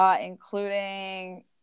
including